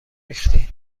ریختین